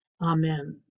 Amen